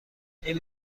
این